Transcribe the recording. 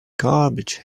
garbage